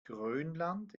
grönland